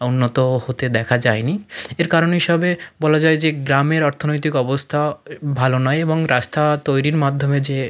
উন্নত হতে দেখা যায়নি এর কারণ হিসাবে বলা যায় যে গ্রামের অর্থনৈতিক অবস্থা ভালো নয় এবং রাস্তা তৈরির মাধ্যমে যে